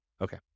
Okay